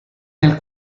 nel